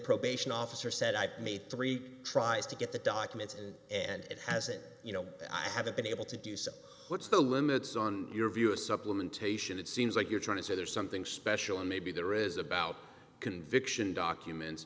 probation officer said i made three tries to get the documents and it hasn't you know i haven't been able to do so what's the limits on your view or supplementation it seems like you're trying to say there's something special or maybe there is about conviction documents